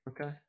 okay